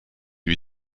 lui